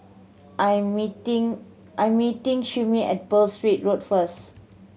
I am meeting I am meeting Shyheim at Pearl's Street Road first